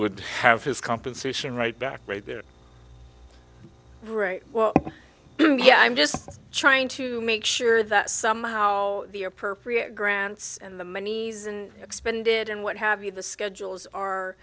would have his compensation right back made there right well i'm just trying to make sure that somehow the appropriate grounds and the money's in expended and what have you the schedules are